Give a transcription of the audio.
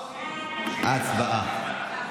הצבעה.